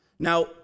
Now